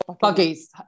buggies